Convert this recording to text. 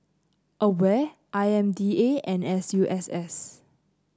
Aware I M D A and S U S S